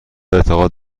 اعتقاد